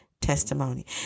testimony